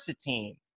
team